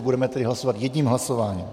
Budeme tedy hlasovat jedním hlasováním.